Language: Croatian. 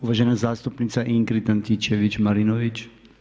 Uvažena zastupnica Ingrid Antičević-Marinović.